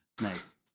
Nice